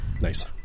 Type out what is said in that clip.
Nice